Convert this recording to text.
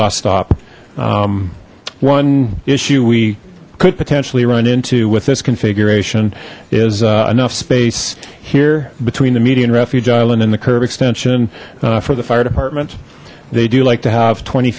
bus stop one issue we could potentially run into with this configuration is enough space here between the median refuge island and the curve extension for the fire department they do like to have twenty